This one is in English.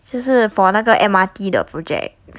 就是 for 那个 M_R_T 的 project